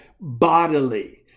bodily